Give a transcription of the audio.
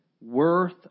worth